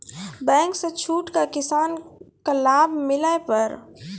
Bank से छूट का किसान का लाभ मिला पर?